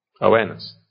awareness